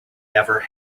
never